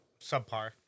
subpar